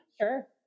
Sure